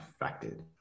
affected